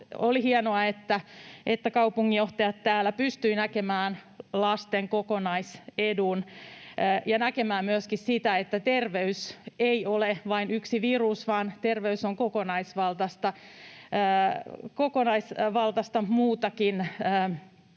Oli hienoa, että kaupunginjohtajat täällä pystyivät näkemään lasten kokonaisedun ja näkemään myöskin sen, että terveys ei ole vain yksi virus, vaan terveys on kokonaisvaltaista, muutakin, se